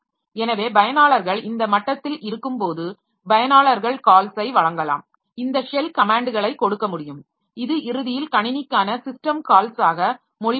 எனவே பயனாளர்கள் இந்த மட்டத்தில் இருக்கும்போது பயனாளர்கள் கால்ஸை வழங்கலாம் இந்த ஷெல் கமேன்ட்களை கொடுக்க முடியும் இது இறுதியில் கணினிக்கான சிஸ்டம் கால்ஸாக மொழிபெயர்க்கும்